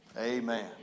amen